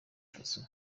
faso